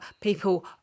people